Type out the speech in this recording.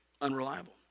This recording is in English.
unreliable